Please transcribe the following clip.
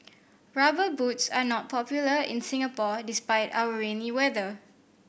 Rubber Boots are not popular in Singapore despite our rainy weather